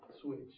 switch